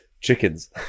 chickens